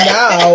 now